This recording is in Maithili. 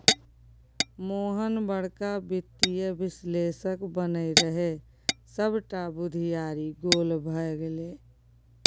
मोहन बड़का वित्तीय विश्लेषक बनय रहय सभटा बुघियारी गोल भए गेलै